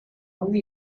only